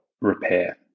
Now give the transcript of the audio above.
repair